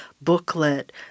booklet